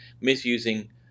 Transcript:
misusing